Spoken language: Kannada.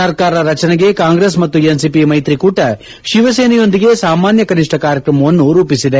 ಸರ್ಕಾರ ರಚನೆಗೆ ಕಾಂಗ್ರೆಸ್ ಮತ್ತು ಎನ್ಸಿಪಿ ಮೈತ್ರಿ ಕೂಟ ಶಿವಸೇನೆಯೊಂದಿಗೆ ಸಾಮಾನ್ಯ ಕನಿಷ್ಟ ಕಾರ್ಯಕ್ರಮವನ್ನು ರೂಪಿಸಿದೆ